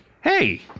Hey